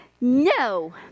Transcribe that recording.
no